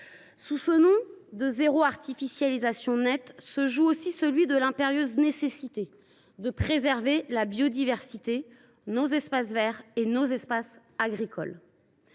Sous ce nom de « zéro artificialisation nette » s’impose aussi à nous l’impérieuse nécessité de préserver la biodiversité, nos espaces verts et nos espaces agricoles.